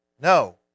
No